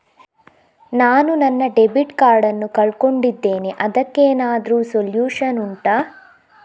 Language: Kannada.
ನಾನು ನನ್ನ ಡೆಬಿಟ್ ಕಾರ್ಡ್ ನ್ನು ಕಳ್ಕೊಂಡಿದ್ದೇನೆ ಅದಕ್ಕೇನಾದ್ರೂ ಸೊಲ್ಯೂಷನ್ ಉಂಟಾ